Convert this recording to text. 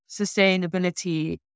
sustainability